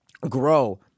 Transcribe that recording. grow